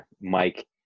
Mike